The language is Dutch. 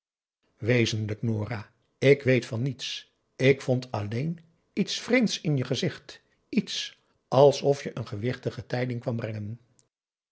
wezenlijk nora ik weet van niets ik vond alleen iets vreemds in je gezicht iets alsof je een gewichtige tijding kwam brengen